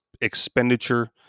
expenditure